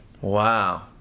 wow